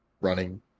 running